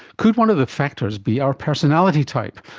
could one of the factors be our personality type?